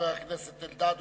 חבר הכנסת אלדד,